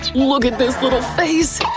look at this little face!